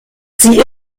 sie